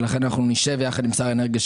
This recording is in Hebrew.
ולכן אנחנו נשב יחד עם שר האנרגיה,